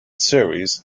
series